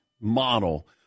model